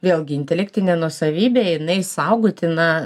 vėlgi intelektinė nuosavybė jinai saugotina